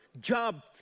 job